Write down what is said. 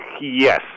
Yes